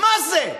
מה זה?